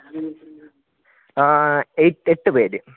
eight എട്ടു പേര്